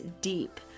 deep